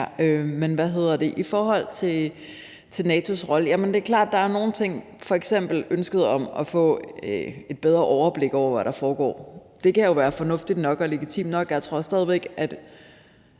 om forskningen her. I forhold til NATO's rolle er det klart, at der er nogle ting, f.eks. ønsket om at få et bedre overblik over, hvad der foregår, der kan være fornuftige og legitime nok. Jeg mener stadig væk, at